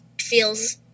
feels